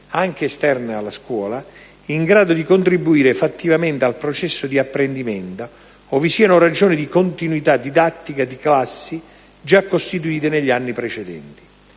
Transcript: anche esterne alla scuola, in grado di contribuire fattivamente al processo di apprendimento, o vi siano ragioni di continuità didattica di classi già costituite negli anni precedenti;